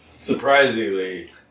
Surprisingly